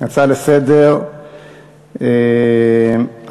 הצעות לסדר-היום שמספרן 479,